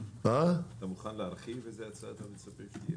אתה מוכן להרחיב לאיזו הצעה אתם מצפים, אדוני?